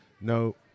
No